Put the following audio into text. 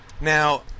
Now